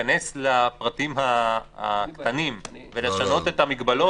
להיכנס לפרטים הקטנים ולשנות את המגבלות.